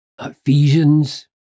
Ephesians